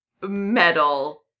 metal